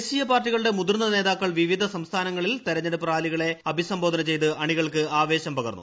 ദേശീയ പാർട്ടികളുടെ മുതിർന്ന നേതാക്കൾ വിവിധ സംസ്ഥാനങ്ങളിൽ തെരഞ്ഞെടുപ്പ് റാലികളെ അഭിസംബോധന ചെയ്തത് അണികൾക്ക് ആവേശം പകർന്നു